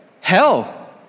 hell